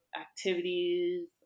activities